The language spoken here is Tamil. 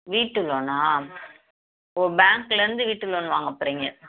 வீட்டு லோனா ஓ பேங்க்லேருந்து வீட்டு லோன் வாங்கப்போகறீங்க